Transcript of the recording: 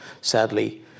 Sadly